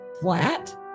flat